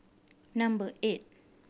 number eight